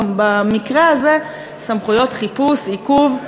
ובמקרה הזה סמכויות חיפוש ועיכוב.